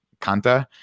Kanta